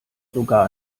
sogar